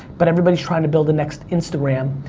but everybody's trying to build the next instagram,